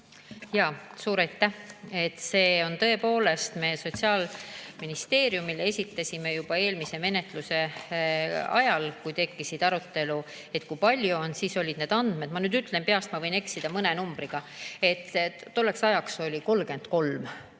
Jaa, suur aitäh! Tõepoolest, me Sotsiaalministeeriumile esitasime juba eelmise menetluse ajal, kui tekkisid arutelud, [küsimuse,] kui palju neid on. Siis olid need andmed, ma nüüd ütlen peast, ma võin eksida mõne numbriga, aga tolleks ajaks oli 33